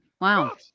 Wow